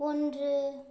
ஒன்று